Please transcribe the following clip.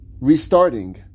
restarting